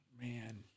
Man